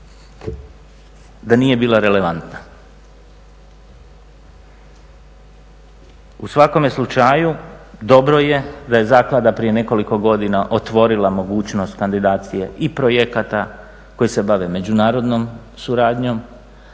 da nije bila relevantna. U svakome slučaju dobro je da je zaklada prije nekoliko godina otvorila mogućnost kandidacije i projekata koji se bave međunarodnom suradnjom,